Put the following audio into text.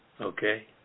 Okay